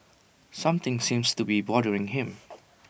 something seems to be bothering him